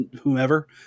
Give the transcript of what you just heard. whomever